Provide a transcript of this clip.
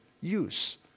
use